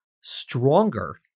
stronger